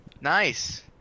Nice